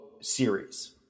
series